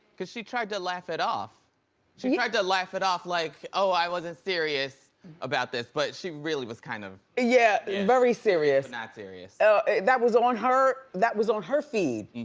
cause she tried to laugh it off. she tried to laugh it off like, oh, i wasn't serious about this. but she really was kind of. yeah, very serious. not serious. that was on her, that was on her feed.